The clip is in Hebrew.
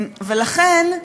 ולכן,